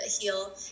heal